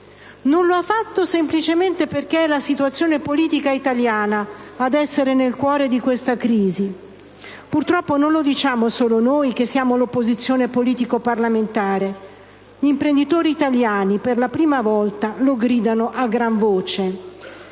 Non l'ha fatto semplicemente perché è la situazione politica italiana ad essere nel cuore di questa crisi. Purtroppo non lo diciamo solo noi, che siamo l'opposizione politico-parlamentare: imprenditori italiani, per la prima volta, lo gridano a gran voce.